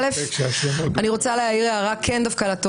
א', אני רוצה להעיר הערה לתוכן.